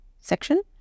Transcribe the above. section